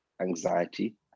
anxiety